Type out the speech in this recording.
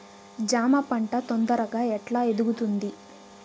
జామ పంట తొందరగా ఎట్లా ఎదుగుతుంది?